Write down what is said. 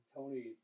Tony